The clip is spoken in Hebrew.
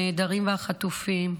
הנעדרים והחטופים,